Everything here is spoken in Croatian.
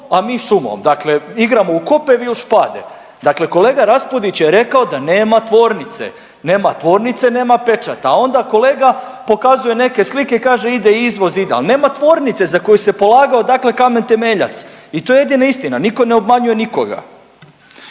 a mi šumom, dakle igramo u kope, vi u špade. Dakle kolega Raspudić je rekao da nema tvornice, nema tvornice, nema pečata, a onda kolega pokazuje neke slike i kaže ide izvoz ide, al nema tvornice za koju se polagao dakle kamen temeljac i to je jedina istina, nitko ne obmanjuje nikoga.